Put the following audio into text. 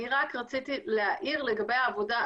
אני רק רציתי להעיר לגבי העבודה.